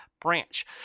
branch